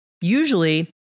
usually